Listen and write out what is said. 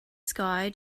sky